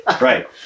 Right